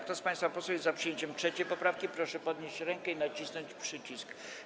Kto z państwa posłów jest za przyjęciem 3. poprawki, proszę podnieść rękę i nacisnąć przycisk.